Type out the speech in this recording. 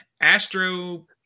Astro